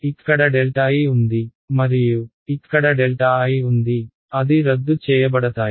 ఇక్కడ I ఉంది మరియు ఇక్కడ I ఉంది అది రద్దు చేయబడతాయి